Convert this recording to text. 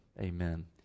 amen